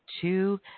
two